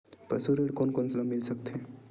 पशु ऋण कोन कोन ल मिल सकथे?